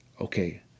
okay